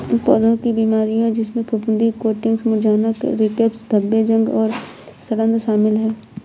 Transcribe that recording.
पौधों की बीमारियों जिसमें फफूंदी कोटिंग्स मुरझाना स्कैब्स धब्बे जंग और सड़ांध शामिल हैं